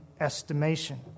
estimation